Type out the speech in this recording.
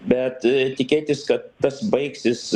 bet tikėtis kad tas baigsis